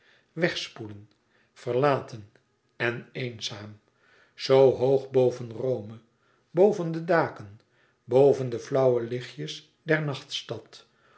wegspoelen verlaten en eenzaam zoo hoog boven rome boven de daken boven de flauwe lichtjes